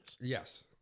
Yes